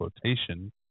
quotation